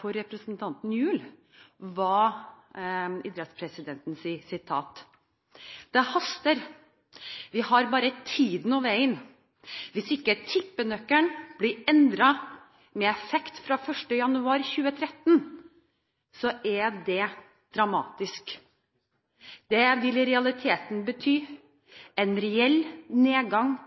for representanten Gjul hva idrettspresidenten sier: «Det haster. Vi har bare tiden og veien. Hvis tippenøkkelen ikke blir endret med effekt fra 1. januar 2013, er det dramatisk. Det vil i realiteten bety en reell nedgang